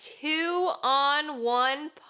two-on-one